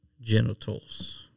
genitals